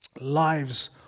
lives